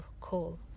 call